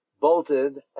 bolted